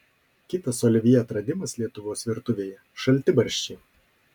kitas olivjė atradimas lietuvos virtuvėje šaltibarščiai